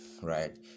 Right